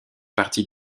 partie